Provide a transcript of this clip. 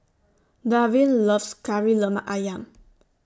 Darvin loves Kari Lemak Ayam